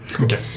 Okay